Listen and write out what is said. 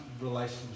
relationship